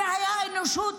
זו הייתה אנושיות?